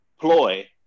ploy